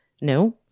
no